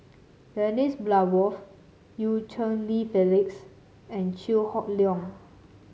Dennis Bloodworth Eu Cheng Li Phyllis and Chew Hock Leong